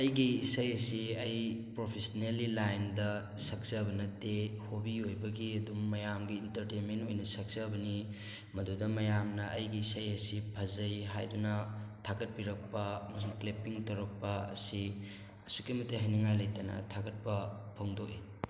ꯑꯩꯒꯤ ꯏꯁꯩ ꯑꯁꯤ ꯑꯩ ꯄ꯭ꯔꯣꯐꯤꯁꯟꯅꯦꯜꯂꯤ ꯂꯥꯏꯟꯗ ꯁꯛꯆꯕ ꯅꯠꯇꯦ ꯍꯣꯕꯤ ꯑꯣꯏꯕꯒꯤ ꯑꯗꯨꯝ ꯃꯌꯥꯝꯒꯤ ꯏꯟꯇꯔꯇꯦꯟꯃꯦꯟ ꯑꯣꯏꯅ ꯁꯛꯆꯕꯅꯤ ꯃꯗꯨꯗ ꯃꯌꯥꯝꯅ ꯑꯩꯒꯤ ꯏꯁꯩ ꯑꯁꯤ ꯐꯖꯩ ꯍꯥꯏꯗꯨꯅ ꯊꯥꯒꯠꯄꯤꯔꯛꯄ ꯑꯃꯁꯨꯡ ꯀ꯭ꯂꯦꯄꯤꯡ ꯇꯧꯔꯛꯄ ꯑꯁꯤ ꯑꯁꯨꯛꯀꯤ ꯃꯇꯤꯛ ꯍꯥꯏꯅꯤꯡꯉꯥꯏ ꯂꯩꯇꯅ ꯊꯥꯒꯠꯄ ꯐꯣꯡꯗꯣꯛꯏ